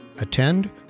attend